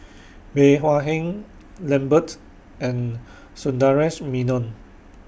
Bey Hua Heng Lambert and Sundaresh Menon